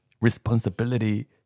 responsibility